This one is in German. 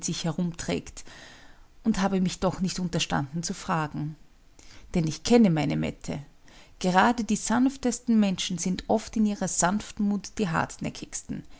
herumträgt und habe mich doch nicht unterstanden zu fragen denn ich kenne meine mette gerade die sanftesten menschen sind oft in ihrer sanftmut die